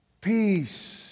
Peace